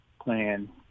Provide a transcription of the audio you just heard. plan